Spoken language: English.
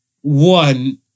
one